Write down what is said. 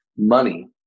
money